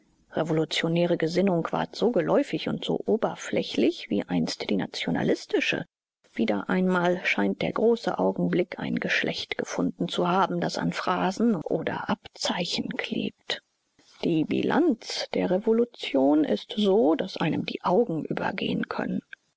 revolutionäre gesinnung ward so geläufig und so oberflächlich wie einst die nationalistische wieder einmal scheint der große augenblick ein geschlecht gefunden zu haben das an phrasen oder abzeichen klebt die bilanz der revolution ist so daß einem die augen übergehen können